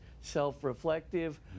self-reflective